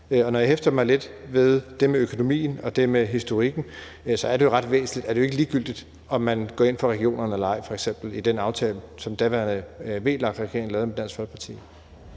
Når jeg hæfter mig lidt ved det med økonomien og historikken, er det jo, fordi det ikke er ligegyldigt, om man f.eks. går ind for regionerne eller ej i den aftale, som daværende VLAK-regering lavede med Dansk Folkeparti.